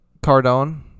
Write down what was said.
Cardone